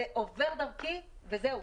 זה עובר דרכי וזהו.